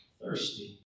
thirsty